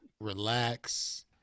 relax